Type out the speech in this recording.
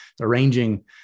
arranging